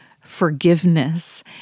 forgiveness